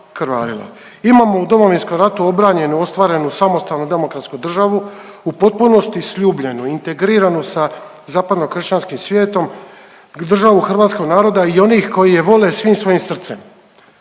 Imamo u Domovinskom ratu obranjenu i ostvarenu samostalnu demokratsku državu u potpunosti sljubljenu i integriranu sa zapadno-kršćanskim svijetom, državu hrvatskog naroda i onih koji je vole svim svojim srcem,